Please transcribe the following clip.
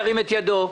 ירים את ידו.